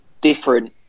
different